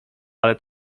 ale